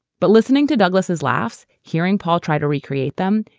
but listening to douglass's laughs, hearing paul tried to recreate them,